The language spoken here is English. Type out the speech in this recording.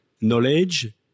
knowledge